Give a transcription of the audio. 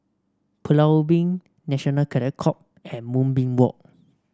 Pulau Ubin National Cadet Corp and Moonbeam Walk